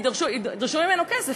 ידרשו ממנו כסף,